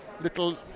little